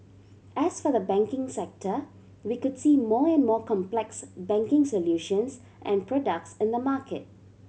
as for the banking sector we could see more and more complex banking solutions and products in the market